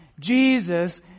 Jesus